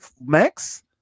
Max